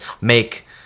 make